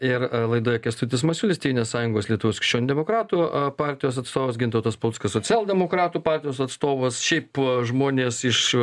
ir laidoje kęstutis masiulis tėvynės sąjungos lietuvos krikščionių demokratų partijos atstovas gintautas paluckas socialdemokratų partijos atstovas šiaip žmonės iš